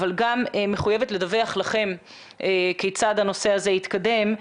אבל גם מחויבת לדווח לכם כיצד הנושא הזה התקדם,